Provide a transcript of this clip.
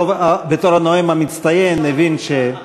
בתור הנואם המצטיין,